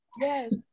Yes